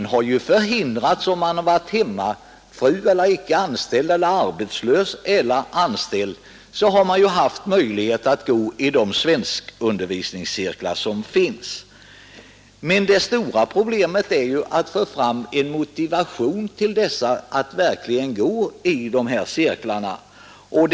Oavsett om vederbörande varit hemmafru, icke anställd, arbetslös eller anställd har han eller hon ändå haft möjligheter att delta i svenskundervisningscirklarnas verksamhet. Ingen har hindrats därifrån. Men det stora problemet är att hos dessa människor skapa en motivation för att delta i cirklarnas arbete.